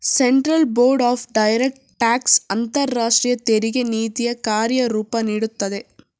central board of direct tax ಅಂತರಾಷ್ಟ್ರೀಯ ತೆರಿಗೆ ನೀತಿಯ ಕಾರ್ಯರೂಪ ನೀಡುತ್ತದೆ